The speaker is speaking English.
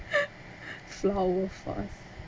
flower forth